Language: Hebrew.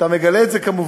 אתה מגלה את זה כמובן,